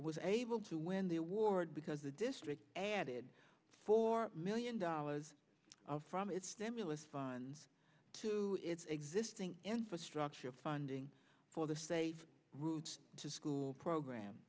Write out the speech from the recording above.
was able to win the award because the district added four million dollars from its stimulus funds to its existing infrastructure funding for the safe routes to school program